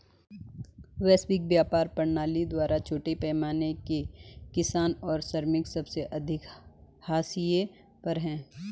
वैश्विक व्यापार प्रणाली द्वारा छोटे पैमाने के किसान और श्रमिक सबसे अधिक हाशिए पर हैं